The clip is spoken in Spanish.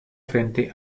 frente